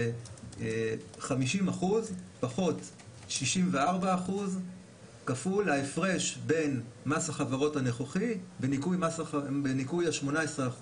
זה 50% פחות 64% כפול ההפרש בין מס החברות הנוכחי בניכוי ה-18%,